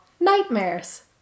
nightmares